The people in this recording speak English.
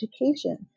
education